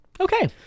okay